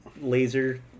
laser